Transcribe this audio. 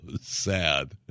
sad